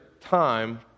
time